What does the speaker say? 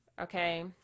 okay